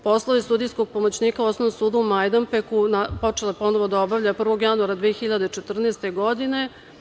Poslove sudijskog pomoćnika u Osnovnom sudu u Majdanpeku počela je ponovo da obavlja 1. januara 2014. godine.